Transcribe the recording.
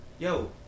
Yo